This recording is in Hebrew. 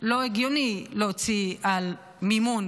לא הגיוני להוציא על מימון